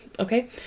Okay